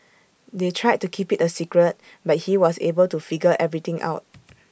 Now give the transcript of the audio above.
they tried to keep IT A secret but he was able to figure everything out